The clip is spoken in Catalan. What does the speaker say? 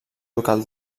local